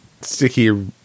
Sticky